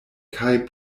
kaj